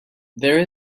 there